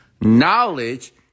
Knowledge